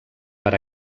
per